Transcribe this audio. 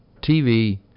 TV